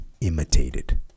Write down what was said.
imitated